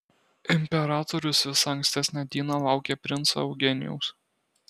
imperatorius visą ankstesnę dieną laukė princo eugenijaus